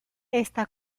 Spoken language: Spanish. esta